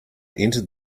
entered